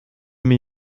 mir